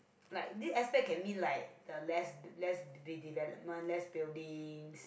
like this aspect can mean like the less bui~ less de~ development less buildings